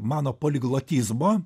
mano poliglotizmo